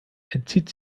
entzieht